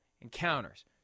encounters